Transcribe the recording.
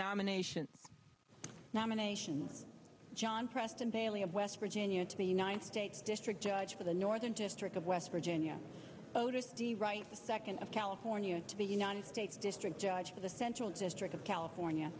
nomination nomination john preston bailey of west virginia to the united states district judge for the northern district of west virginia voters do you write the second of california to the united states district judge for the central district of california